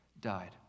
died